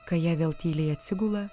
kaija vėl tyliai atsigula